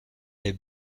les